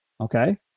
okay